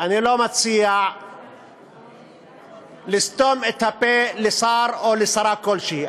אני לא מציע לסתום את הפה לשר או לשרה כלשהי,